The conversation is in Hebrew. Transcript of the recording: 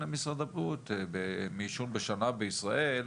מעישון בשנה בישראל,